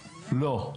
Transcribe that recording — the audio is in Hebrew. לא,